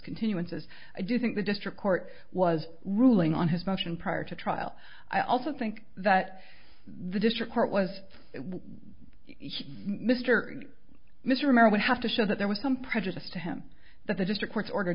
continuances i do think the district court was ruling on his motion prior to trial i also think that the district court was when mr misremember would have to show that there was some prejudice to him that the district court's order